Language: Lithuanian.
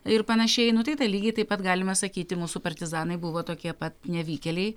ir panašiai nu tai lygiai taip pat galima sakyti mūsų partizanai buvo tokie pat nevykėliai